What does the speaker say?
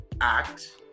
act